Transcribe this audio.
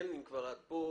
אם את כבר את כאן,